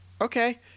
okay